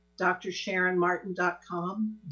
drsharonmartin.com